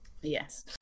Yes